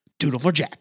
doodleforjack